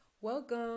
welcome